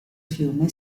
fiume